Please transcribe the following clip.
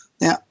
Now